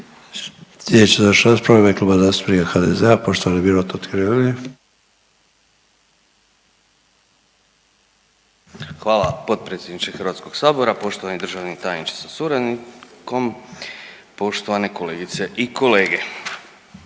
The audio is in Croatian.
Hvala potpredsjedniče HS, poštovani državni tajniče sa suradnikom, poštovane kolegice i kolege.